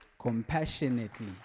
Compassionately